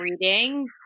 reading